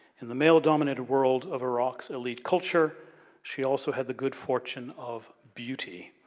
in the male dominated world of iraq's elite culture she also had the good fortune of beauty.